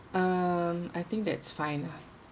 um I think that's fine lah